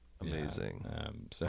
Amazing